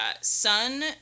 Sun